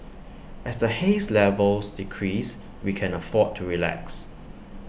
as the haze levels decrease we can afford to relax